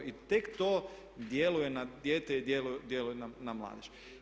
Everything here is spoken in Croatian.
I tek to djeluje na dijete i djeluje na mladež.